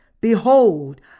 Behold